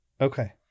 Okay